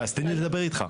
אז תן לי לדבר אתך.